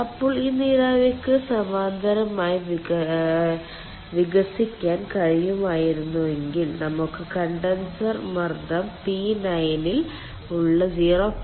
അപ്പോൾ ഈ നീരാവിക്ക് സമാന്തരമായി വികസിക്കാൻ കഴിയുമായിരുന്നെങ്കിൽ നമുക്ക് കണ്ടൻസർ മർദ്ദം P9 ൽ ഉള്ള 0